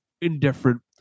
indifferent